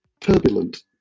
Turbulent